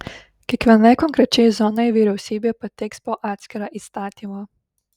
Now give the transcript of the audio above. kiekvienai konkrečiai zonai vyriausybė pateiks po atskirą įstatymą